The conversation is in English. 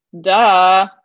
duh